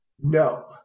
No